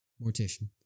mortician